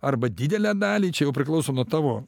arba didelę dalį čia jau priklauso nuo tavo